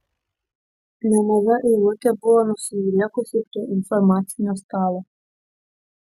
nemaža eilutė buvo nusidriekusi prie informacinio stalo